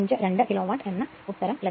52 kilowatt എന്ന് ഉത്തരം ലഭിക്കുന്നു